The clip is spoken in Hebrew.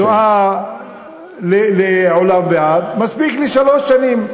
תשואה, לעולם ועד, מספיק לשלוש שנים.